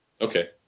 Okay